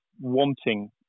wanting